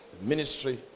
ministry